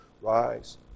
Rise